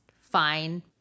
fine